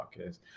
podcast